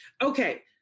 Okay